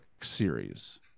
series